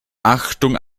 achtung